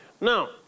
Now